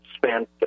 spent